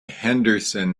henderson